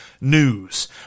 news